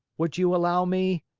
would you allow me,